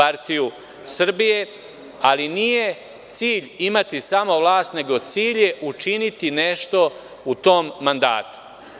Ali nije cilj imati samo vlast, nego cilj je učiniti nešto u tom mandatu.